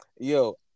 yo